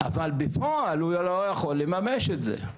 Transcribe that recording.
אבל בפועל הוא לא יכול לממש את זה,